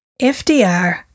FDR